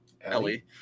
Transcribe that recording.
Ellie